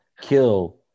kill